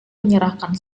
menyerahkan